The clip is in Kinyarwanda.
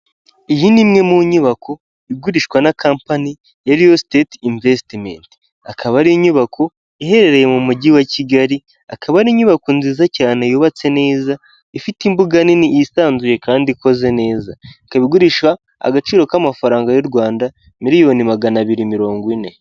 Iyi ni imwe mu nyubako igurishwa na kampani ya Riyo sitete imvesitimenti, akaba ari inyubako iherereye mu Mujyi wa Kigali, akaba ari inyubako nziza cyane yubatse neza, ifite imbuga nini yisanzuye kandi ikoze neza, ikaba igurishwa agaciro k'amafaranga y'u Rwanda miliyoni magana abiri mirongo ine.